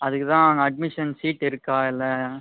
அதுக்குத் தான் அங்கே அட்மிஷன் சீட் இருக்கா இல்லை